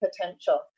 potential